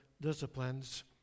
disciplines